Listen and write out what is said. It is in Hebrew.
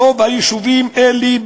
ברוב היישובים האלה,